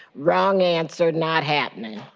wrong answer. not happening.